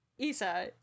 Isa